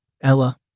Ella